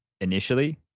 initially